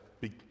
big